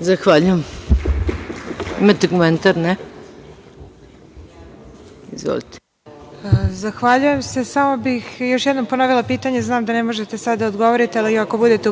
Zahvaljujem. Imate komentar? Izvolite. **Ana Karadžić** Zahvaljujem se. Samo bih još jedno ponovila pitanje, znam da ne možete sada da odgovorite, ali ako budete